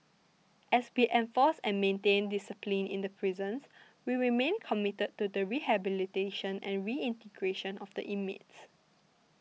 as we enforced and maintained discipline in the prisons we remain committed to the rehabilitation and reintegration of the inmates